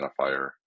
identifier